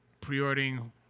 pre-ordering